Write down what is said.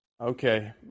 okay